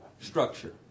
structure